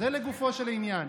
זה לגופו של עניין.